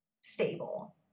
stable